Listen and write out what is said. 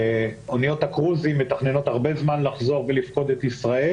אניות הקרוזים מתכננות הרבה זמן לחזור ולפקוד את ישראל.